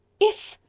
if!